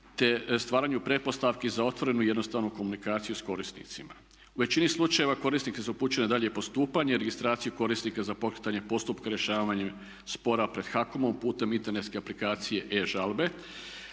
te stvaranju pretpostavki za otvorenu i jednostavnu komunikaciju s korisnicima. U većini slučajeva korisnici se upućuju na daljnje postupanje, registraciju korisnika za pokretanje postupka rješavanja spora pred HAKOM-om putem internetske aplikacije e-žalbe,